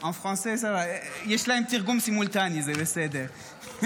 יש להם תרגום סימולטני, זה בסדר.